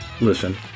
listen